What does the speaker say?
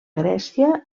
grècia